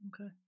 Okay